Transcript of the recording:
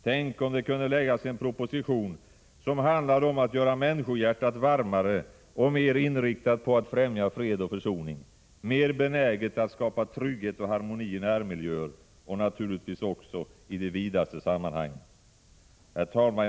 Tänk om det kunde läggas en proposition som handlade om att göra människohjärtat varmare och mer inriktat på att främja fred och försoning, mer benäget att skapa trygghet och harmoni i närmiljöer och naturligtvis också i de vidaste sammanhang. Herr talman!